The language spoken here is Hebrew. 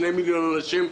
2 מיליון אנשים,